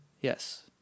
Yes